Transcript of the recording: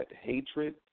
hatred